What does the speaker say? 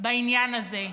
בעניין הזה.